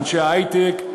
לאנשי היי-טק,